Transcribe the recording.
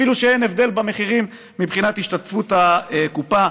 אפילו שאין הבדל במחירים מבחינת השתתפות הקופה.